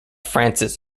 francis